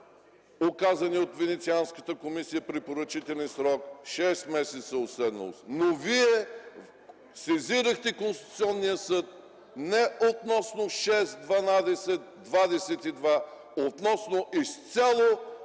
указания от Венецианската комисия препоръчителен срок – 6 месеца уседналост. Но вие сезирахте Конституционния съд не относно 6-12-22, а относно изцяло